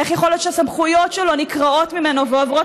איך יכול להיות שהסמכויות שלו נקרעות ממנו ועוברות